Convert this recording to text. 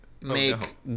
make